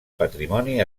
patrimoni